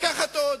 לקחת עוד.